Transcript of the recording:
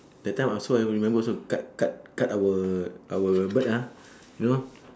that time also I remember also cut cut cut our our bird ah you know